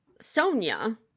Sonia